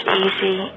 easy